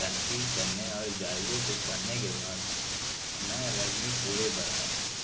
تحقیق کرنے اور جائزوں کو پڑھنے کے بعد میں ریڈمی فور اے پر آیا